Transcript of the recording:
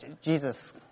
Jesus